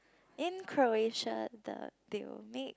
in Croatia the tunic